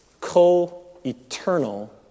co-eternal